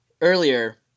earlier